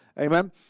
Amen